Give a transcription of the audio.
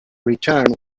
return